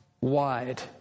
wide